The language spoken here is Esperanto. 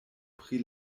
pri